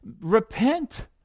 repent